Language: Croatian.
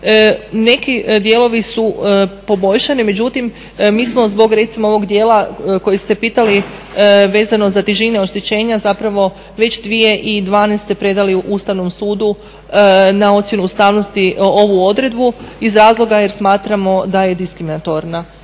neki dijelovi su poboljšani, međutim, mi smo zbog recimo ovog dijela koji ste pitali vezano za težine oštećenja zapravo već 2012. predali Ustavnom sudu na ocjenu ustavnosti ovu odredbu iz razloga jer smatramo da je diskriminatorna.